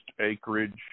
acreage